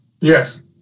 Yes